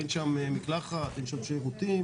אין שם מקלחת, אין שם שירותים.